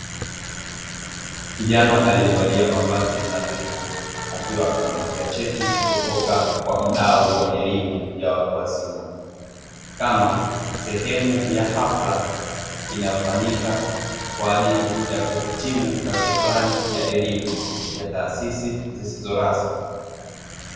Kijana aliyevalia mavazi nadhifu, akiwa anapokea cheti kutoka kwa mdau wa elimu ya watu wazima. Kama sehemu ya hafla inayofanyika kwa ajili ya kuhitimu ngazi fulani ya elimu kupitia taasisi zisizo rasmi.